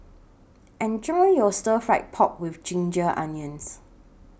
Enjoy your Stir Fry Pork with Ginger Onions